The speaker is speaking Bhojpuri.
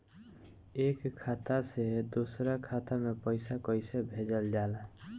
एक खाता से दूसरा खाता में पैसा कइसे भेजल जाला?